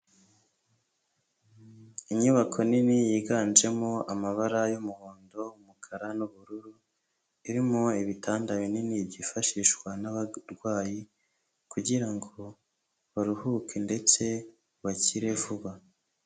Inyubako nini yiganjemo amabara y'umuhondo, umukara n'ubururu, irimo ibitanda binini byifashishwa n'abarwayi kugira ngo baruhuke ndetse bakire vuba.